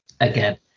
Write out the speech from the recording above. again